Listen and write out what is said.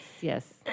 yes